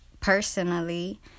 personally